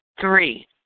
three